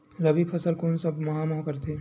रबी फसल कोन सा माह म रथे?